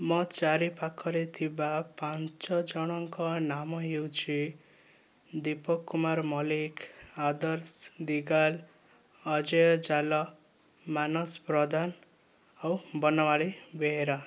ମୋ ଚାରିପାଖରେ ଥିବା ପାଞ୍ଚଜଣଙ୍କ ନାମ ହେଉଛି ଦୀପକ କୁମାର ମଲ୍ଲିକ ଆଦର୍ଶ ଦିଗାଲ ଅଜୟ ଚାଲ ମାନସ ପ୍ରଧାନ ଆଉ ବନମାଳୀ ବେହେରା